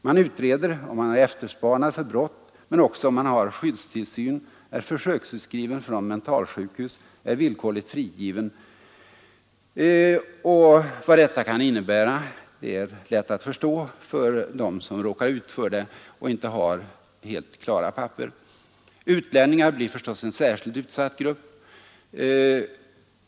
Man utreder om han är efterspanad för brott men också om han har skyddstillsyn, är försöksutskriven från mentalsjukhus, är villkorligt frigiven. Vad detta kan innebära för den som råkar ut för det och som inte har helt klara papper är lätt att förstå. Utlänningar blir förstås en särskilt utsatt grupp.